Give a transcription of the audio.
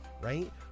right